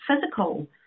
physical